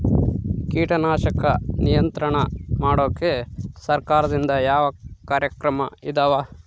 ಕೇಟನಾಶಕಗಳ ನಿಯಂತ್ರಣ ಮಾಡೋಕೆ ಸರಕಾರದಿಂದ ಯಾವ ಕಾರ್ಯಕ್ರಮ ಇದಾವ?